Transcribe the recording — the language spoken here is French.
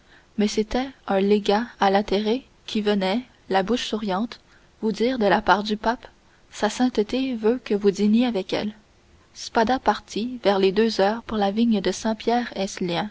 mais c'était un légat a latere qui venait la bouche souriante vous dire de la part du pape sa sainteté veut que vous dîniez avec elle spada partit vers les deux heures pour la vigne de